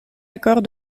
accord